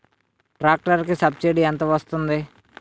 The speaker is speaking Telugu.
ట్రాక్టర్ కి సబ్సిడీ ఎంత వస్తుంది?